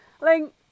Link